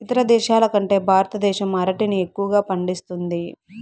ఇతర దేశాల కంటే భారతదేశం అరటిని ఎక్కువగా పండిస్తుంది